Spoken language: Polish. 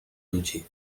nudzi